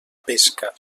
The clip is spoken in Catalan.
pesca